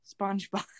SpongeBob